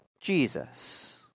Jesus